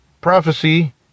prophecy